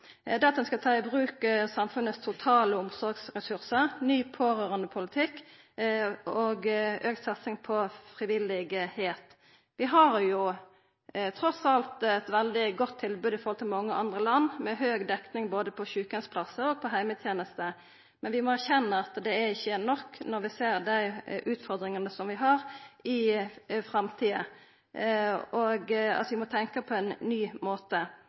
vert vedtatt. Ein skal ta i bruk samfunnets totale omsorgsressursar, ny pårørandepolitikk og auka satsing på frivillig innsats. Vi har trass alt eit godt tilbod samanlikna med veldig mange andre land – med høg dekning både av sjukeheimsplassar og heimetenester. Men vi må erkjenna at dette ikkje er nok når vi ser dei utfordringane som vi vil få i framtida. Vi må tenkja på ein ny måte.